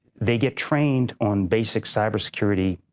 they get trained on basic cyber security,